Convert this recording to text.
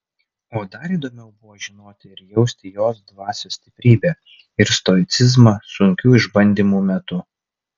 o dar įdomiau buvo žinoti ir jausti jo dvasios stiprybę ir stoicizmą sunkių išbandymų metu